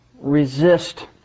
resist